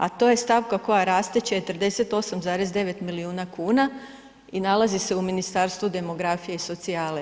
A to je stavka koja raste 48,9 milijuna kuna i nalazi se u Ministarstvu demografije i socijale.